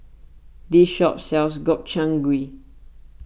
this shop sells Gobchang Gui